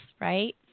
Right